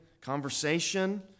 conversation